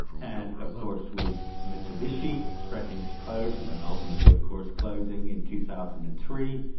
and of course with mitsubishi threatening to close and then ultimately of course closing in two thousand and three,